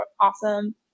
awesome